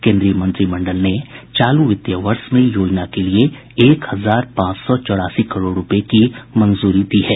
केंद्रीय मंत्रिमंडल ने चालू वित्तीय वर्ष में योजना के लिए एक हजार पांच सौ चौरासी करोड़ रुपये की मंजूरी दी है